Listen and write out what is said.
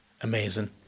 amazing